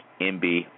mb